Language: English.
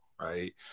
right